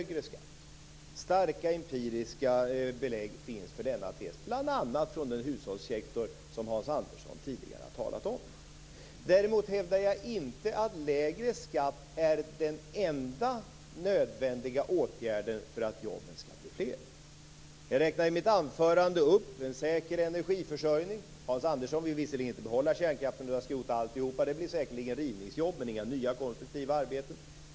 Det finns starka empiriska belägg för denna tes, bl.a. från den hushållssektor som Hans Andersson tidigare har talat om. Däremot hävdar jag inte att lägre skatt är den enda nödvändiga åtgärden för att jobben skall bli fler. Jag räknade i mitt anförande upp en säker energiförsörjning. Hans Andersson vill visserligen inte behålla kärnkraften utan skrota alltihop. Det blir säkerligen rivningsjobb, men inga nya konstruktiva arbeten.